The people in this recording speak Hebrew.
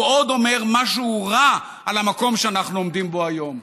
הוא עוד אומר משהו רע על המקום שאנחנו עומדים בו היום.